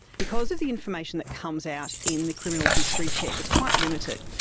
because of the information that comes out in the criminal history check, it's quite limited.